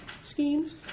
schemes